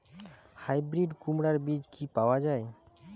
Hybrid কুমড়ার বীজ কি পাওয়া য়ায়?